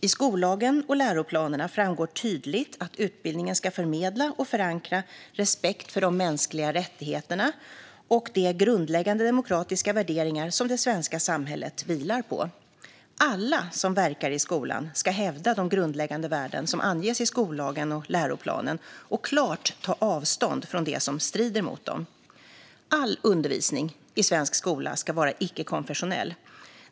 I skollagen och läroplanerna framgår tydligt att utbildningen ska förmedla och förankra respekt för de mänskliga rättigheterna och de grundläggande demokratiska värderingar som det svenska samhället vilar på. Alla som verkar i skolan ska hävda de grundläggande värden som anges i skollagen och läroplanen och klart ta avstånd från det som strider mot dem. All undervisning i svensk skola ska vara icke-konfessionell.